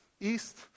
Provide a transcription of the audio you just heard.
east